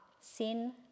sin